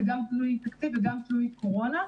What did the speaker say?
זה גם תלוי תקציב וגם תלוי קורונה.